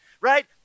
right